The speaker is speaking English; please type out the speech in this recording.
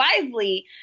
wisely